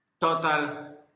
total